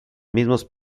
mismos